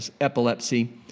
epilepsy